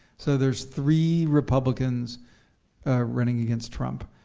so there's three republicans running against trump.